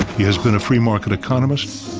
he has been a free market economist,